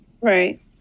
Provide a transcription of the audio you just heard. Right